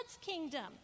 kingdom